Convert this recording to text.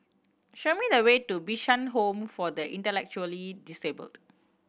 show me the way to Bishan Home for the Intellectually Disabled